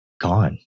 gone